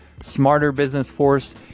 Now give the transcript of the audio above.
smarterbusinessforce